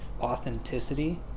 authenticity